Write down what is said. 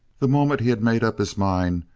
the moment he had made up his mind,